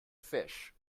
fish